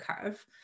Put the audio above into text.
curve